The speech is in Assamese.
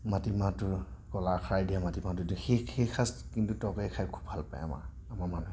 মাটি মাহটো কলাখাৰ দিয়া মাটি মাহটো সেই সেই সাজ কিন্তু তৰকাৰী খাই খুব ভাল পায় আমাৰ আমাৰ মানুহে